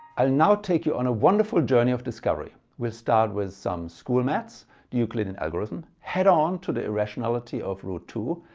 i'll now take you on a wonderful journey of discovery. we'll start with some school math s the euclidean algorithm, head on to the irrationality of root two,